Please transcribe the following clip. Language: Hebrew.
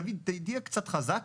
תהיה קצת חזק